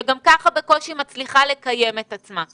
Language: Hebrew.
שגם כך בקושי מצליחה לקיים את עצמה,